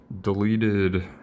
deleted